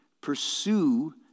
pursue